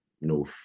no